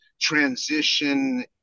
transition